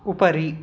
उपरि